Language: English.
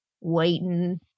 waiting